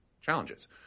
challenges